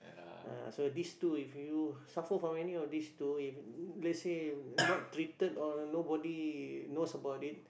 uh so these two if you suffer from any of this two if let's say not treated or nobody knows about it